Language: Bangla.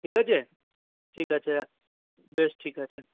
ঠিক আছে ঠিক আছে বেশ ঠিক আছে